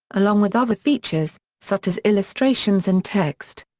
along with other features, such as illustrations and text.